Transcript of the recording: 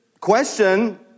question